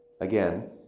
Again